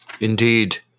Indeed